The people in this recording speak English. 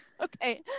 Okay